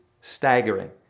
staggering